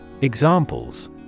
Examples